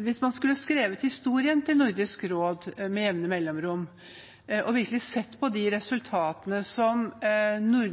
Hvis man med jevne mellomrom skulle ha skrevet historien til Nordisk råd og virkelig sett på de resultatene som